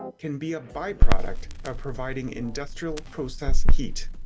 can be a byproduct of providing industrial process heat.